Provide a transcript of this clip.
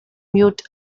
mute